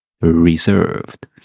reserved